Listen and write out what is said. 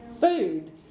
food